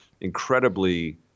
incredibly